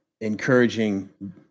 encouraging